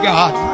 God